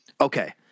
okay